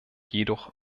jedoch